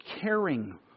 caring